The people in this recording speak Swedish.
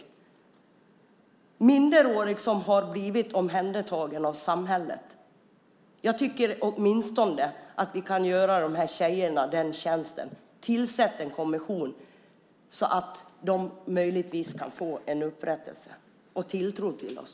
Det är minderåriga som har blivit omhändertagna av samhället. Jag tycker att vi åtminstone kan göra de här tjejerna den tjänsten. Tillsätt en kommission så att de möjligtvis kan få upprättelse och tilltro till oss!